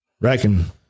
reckon